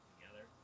together